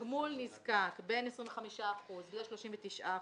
תגמול נזקק, בין 25% ל-39%,